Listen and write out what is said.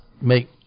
make